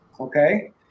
Okay